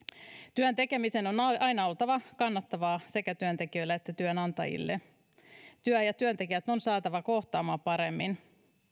työn tekemisen on aina oltava kannattavaa sekä työntekijöille että työnantajille työ ja työntekijät on saatava kohtaamaan paremmin